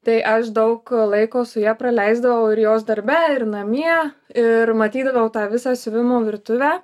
tai aš daug laiko su ja praleisdavau ir jos darbe ir namie ir matydavau tą visą siuvimo virtuvę